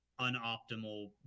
unoptimal